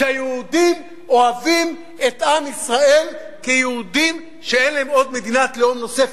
שהיהודים אוהבים את עם ישראל כיהודים שאין להם עוד מדינת לאום נוספת.